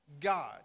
God